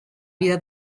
vida